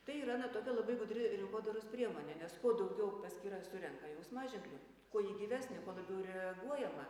tai yra na tokia labai gudri rinkodaros priemonė nes kuo daugiau paskyra surenka jausmaženklių kuo ji gyvesnė kuo daugiau reaguojama